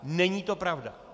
Není to pravda.